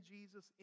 Jesus